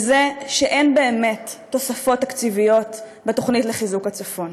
וזה שאין באמת תוספות תקציביות בתוכנית לחיזוק הצפון.